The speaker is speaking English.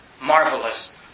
marvelous